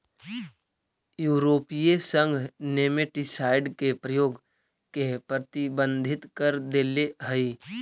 यूरोपीय संघ नेमेटीसाइड के प्रयोग के प्रतिबंधित कर देले हई